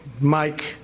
Mike